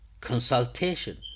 consultation